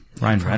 ryan